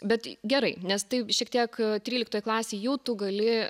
bet gerai nes tai šiek tiek tryliktoj klasėj jau tu gali